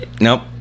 Nope